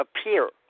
appear